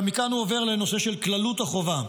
מכאן הוא עובר לנושא של כללות החובה,